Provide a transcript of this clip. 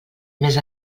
més